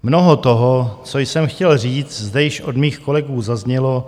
Mnoho toho, co jsem chtěl říct, zde již od mých kolegů zaznělo.